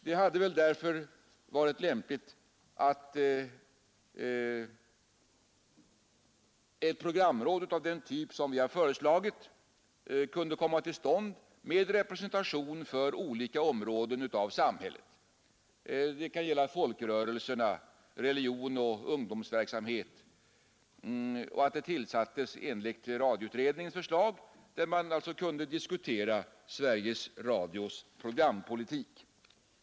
Det hade därför varit lämpligt att tillsätta ett programråd av den typ som vi har föreslagit. I detta skulle förekomma representation från olika områden av samhället, såsom folkrörelser, religiös verksamhet och ungdomsverksamhet. Det skulle enligt radioutredningens förslag ha till uppgift att diskutera Sveriges Radios program.